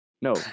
No